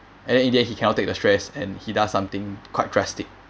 and then in the end he cannot take the stress and he does something quite drastic